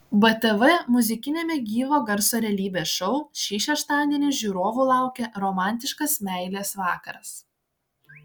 btv muzikiniame gyvo garso realybės šou šį šeštadienį žiūrovų laukia romantiškas meilės vakaras